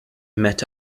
met